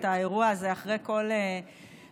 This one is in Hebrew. האירוע הזה אחרי כל נאום,